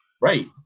right